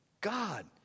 God